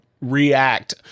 react